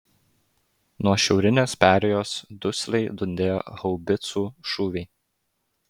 nuo šiaurinės perėjos dusliai dundėjo haubicų šūviai